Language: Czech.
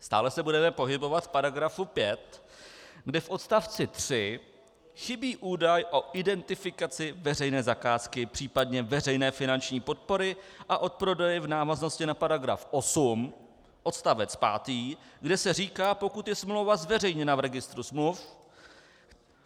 Stále se budeme pohybovat v § 5, kde v odstavci 3 chybí údaj o identifikaci veřejné zakázky, případně veřejné finanční podpory a odprodeje v návaznosti na § 8 odst. 5, kde se říká, pokud je smlouva zveřejněna v registru smluv,